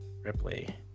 Ripley